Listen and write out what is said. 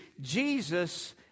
Jesus